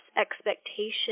expectation